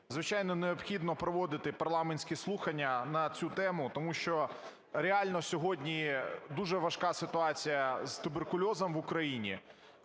Звичайно, необхідно поводити парламентські слухання на цю тему, тому що реально сьогодні дуже важка ситуація з туберкульозом в Україні.